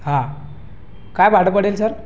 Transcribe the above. हा काय भाडं पडेल सर